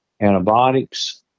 antibiotics